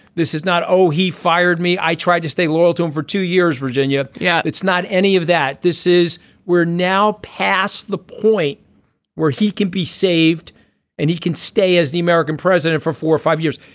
this is not oh he fired me i tried to stay loyal to him for two years virginia. yeah. it's not any of that this is we're now past the point where he can be saved and he can stay as the american president for four or five years.